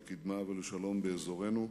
לקדמה ולשלום באזורנו.